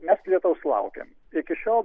mes lietaus laukiam iki šiol